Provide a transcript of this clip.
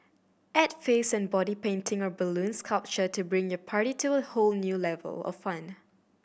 add face and body painting or balloon sculpture to bring your party to a whole new level of fun